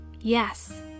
Yes